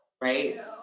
right